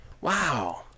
Wow